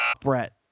Brett